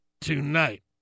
tonight